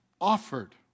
offered